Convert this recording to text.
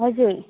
हजुर